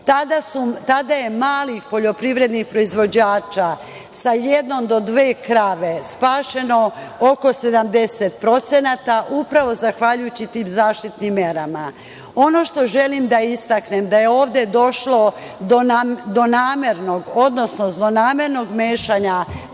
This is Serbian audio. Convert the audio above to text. Tada je mali poljoprivredni proizvođač sa jednom do dve krave, spašeno oko 70%, upravo zahvaljujućim tim zaštitnim merama. Ono što želim da istaknem da je ovde došlo do namernog, odnosno zlonamernog mešanja